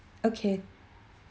okay